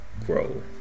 grow